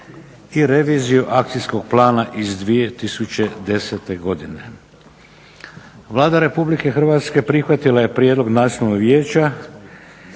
i reviziju Akcijskog plana iz 2010. godine. Vlada Republike Hrvatske prihvatila je prijedlog Nacionalnog vijeća